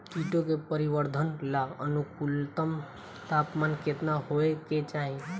कीटो के परिवरर्धन ला अनुकूलतम तापमान केतना होए के चाही?